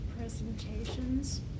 presentations